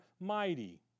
mighty